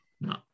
No